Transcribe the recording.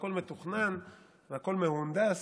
הכול מתוכנן והכול מהונדס,